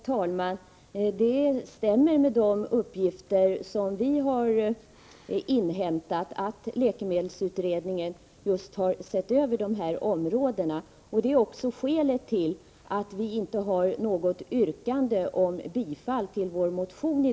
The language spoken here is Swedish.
Herr talman! Det stämmer med de uppgifter som vi har inhämtat att läkemedelsutredningen just har sett över dessa frågor. Det är också skälet till att vi i dag inte har framställt något yrkande om bifall till vår motion.